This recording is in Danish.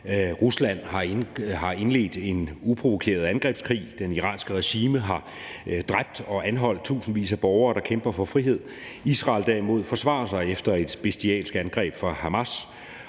Rusland har indledt en uprovokeret angrebskrig, det iranske regime har dræbt og anholdt tusindvis af borgere, der kæmper for frihed. Israel derimod forsvarer sig efter et bestialsk angreb fra Hamas'